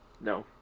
No